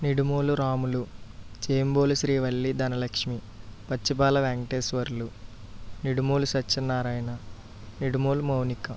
Nidumolu Ramulu Chembolu Srivalli Dhanalakshmi Pachchibala Venkateswarlu Nidumolu Satyanarayana Nidumolu Mounika